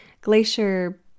glacier